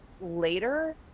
later